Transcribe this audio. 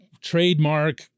trademark